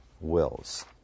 wills